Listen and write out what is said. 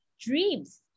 dreams